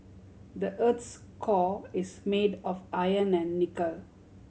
the earth's core is made of iron and nickel